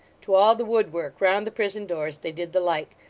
to all the woodwork round the prison-doors they did the like,